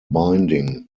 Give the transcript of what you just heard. binding